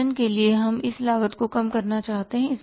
उदाहरण के लिए हम इस लागत को कम करना चाहते हैं